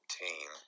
team